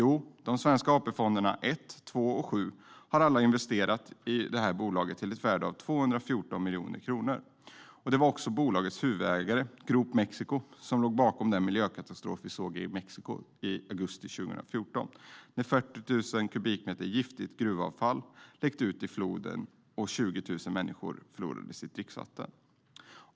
Jo, de svenska AP-fonderna - Första, Andra och Sjunde - har alla investerat i detta bolag till ett värde av 214 miljoner kronor. Det var också bolagets huvudägare, Grupo México, som låg bakom den miljökatastrof vi såg i Mexiko i augusti 2014, då 40 000 kubikmeter giftigt gruvavfall läckte ut i floden och 20 000 människor förlorade sitt dricksvatten.